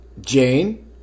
Jane